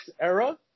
era